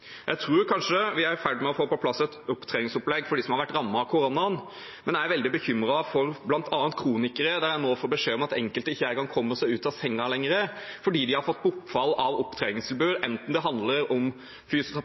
Jeg tror kanskje vi er i ferd med å få på plass et opptreningsopplegg for dem som er rammet av koronaen. Men jeg er veldig bekymret for bl.a. kronikere, der jeg nå får beskjed om at enkelte ikke en gang kommer seg ut av sengen lenger fordi de har fått bortfall av opptreningstilbud, enten det handler om